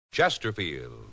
Chesterfield